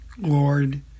Lord